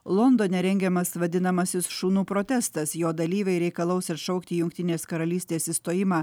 londone rengiamas vadinamasis šunų protestas jo dalyviai reikalaus atšaukti jungtinės karalystės išstojimą